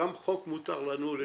חוק מותר לנו לשנות.